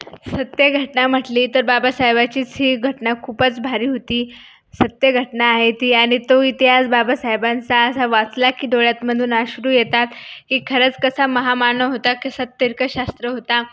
सत्य घटना म्हटली तर बाबासाहेबाचीच ही घटना खूपच भारी होती सत्य घटना आहे ती आणि तो इतिहास बाबासाहेबांचा असा वाचला की डोळ्यात मधून अश्रू येतात की खरंच कसा महामानव होता कसा तर्कशास्त्र होता